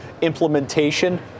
implementation